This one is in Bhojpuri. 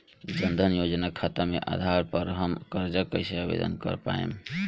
जन धन योजना खाता के आधार पर हम कर्जा कईसे आवेदन कर पाएम?